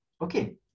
Okay